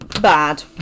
bad